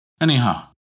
Anyhow